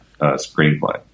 screenplay